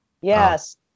Yes